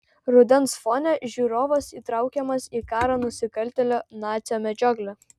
rudens fone žiūrovas įtraukiamas į karo nusikaltėlio nacio medžioklę